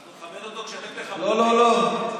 אנחנו נכבד אותו כשאתם תכבדו, לא, לא.